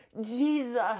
Jesus